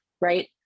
Right